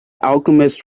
alchemist